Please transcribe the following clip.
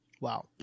Wow